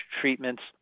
treatments